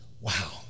Wow